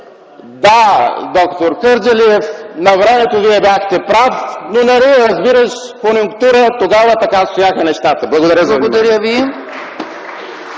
„Да, д-р Кърджалиев, навремето Вие бяхте прав, но нали разбираш, конюнктура, тогава така стояха нещата”. Благодаря за